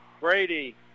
Brady